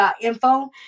info